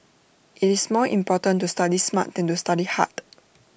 IT is more important to study smart than to study hard